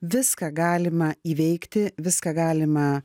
viską galima įveikti viską galima